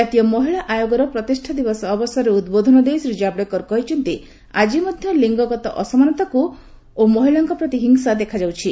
ଜାତୀୟ ମହିଳା ଆୟୋଗର ପ୍ରତିଷ୍ଠା ଦିବସ ଅବସରରେ ଉଦ୍ବୋଧନ ଦେଇ ଶ୍ରୀ ଜାଭଡେକର କହିଛନ୍ତିଆଜି ମଧ୍ୟ ଲିଙ୍ଗଗତ ଅସମାନତାକୁ ଓ ମହିଳାଙ୍କ ପ୍ରତି ହିଂସା ଦେଖାଯାଉଛି